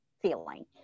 feeling